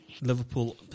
Liverpool